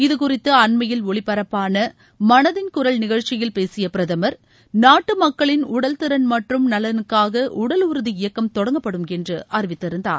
இது குறித்து அண்மையில் ஒலிபரப்பாள மனதில் குரல் நிகழ்ச்சியில் பேசிய பிரதமர் நாட்டு மக்களின் உடல் திறன் மற்றும் நலனுக்காக உடல் உறுதி இயக்கம் தொடங்கப்படும் என்று அறிவித்திருந்தார்